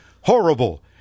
horrible